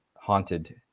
haunted